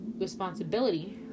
responsibility